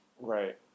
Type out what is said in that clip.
Right